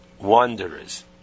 wanderers